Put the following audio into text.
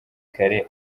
kare